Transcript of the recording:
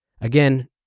again